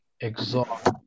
exhaust